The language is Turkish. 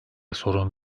sorun